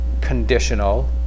conditional